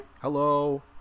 Hello